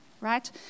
right